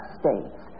states